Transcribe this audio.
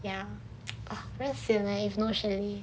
ya very sian leh resume if no chalet